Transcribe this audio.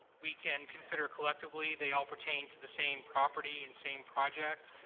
we can consider collectively. they all pertain to the same property and same project.